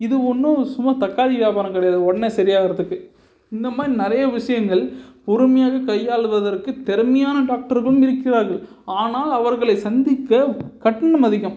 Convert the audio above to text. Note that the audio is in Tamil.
இது ஒன்றும் சும்மா தக்காளி வியாபாரம் கிடையாது உடனே சரியாக ஆகிறதுக்கு இந்த மாதிரி நிறையா விஷயங்கள் பொறுமையாக கையாளுவதற்கு திறமையான டாக்டருகளும் இருக்கிறார்கள் ஆனால் அவர்களை சந்திக்க கட்டணம் அதிகம்